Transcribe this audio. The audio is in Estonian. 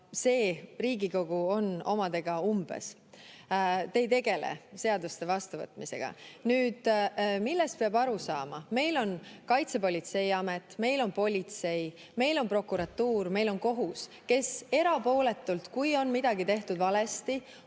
See Riigikogu on omadega umbes. Te ei tegele seaduste vastuvõtmisega. Peab aru saama, et meil on Kaitsepolitseiamet, meil on politsei, meil on prokuratuur, meil on kohus, kes erapooletult uurivad, kui on midagi tehtud valesti,